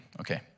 Okay